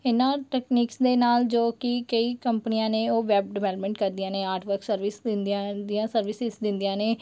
ਇਹਨਾਂ ਟੈਕਨੀਕਸ ਦੇ ਨਾਲ ਜੋ ਕਿ ਕਈ ਕੰਪਨੀਆਂ ਨੇ ਉਹ ਵੈੱਬ ਡਿਵੈਲਪਮੈਂਟ ਕਰਦੀਆਂ ਨੇ ਆਰਟ ਵਰਕ ਸਰਵਿਸ ਦਿੰਦੀਆਂ ਸਰਵਿਸਿਸ ਦਿੰਦੀਆਂ ਨੇ